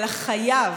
אלא חייב,